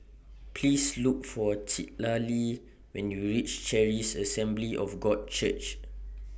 Please Look For Citlali when YOU REACH Charis Assembly of God Church